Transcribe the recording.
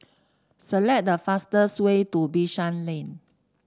select the fastest way to Bishan Lane